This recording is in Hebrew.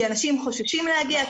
כי אנשים חוששים להגיע,